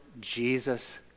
Jesus